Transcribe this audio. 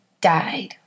died